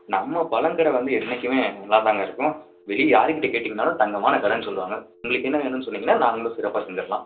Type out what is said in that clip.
நம்ம பழம் கடை வந்து என்றைக்குமே நல்லாதாங்க இருக்கும் வெளியே யார் கிட்டே கேட்டிங்கனாலும் தங்கமான கடைனு சொல்லுவாங்க உங்களுக்கு என்ன வேணும்னு சொன்னிங்கன்னால் நாங்களும் சிறப்பாக செஞ்சிடலாம்